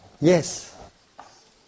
yes